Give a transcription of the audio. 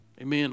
Amen